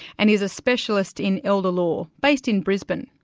and is a specialist in elder law, based in brisbane.